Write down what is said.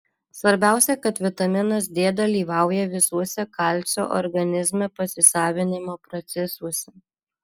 svarbiausia kad vitaminas d dalyvauja visuose kalcio organizme pasisavinimo procesuose